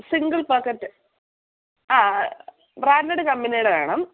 single pocket branded കമ്പനിയുടെ വേണം